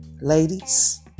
ladies